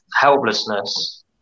helplessness